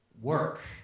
work